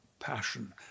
Passion